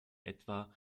etwa